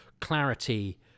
clarity